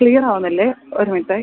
clear ആകുന്നില്ല ഒരു minute